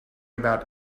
about